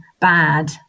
bad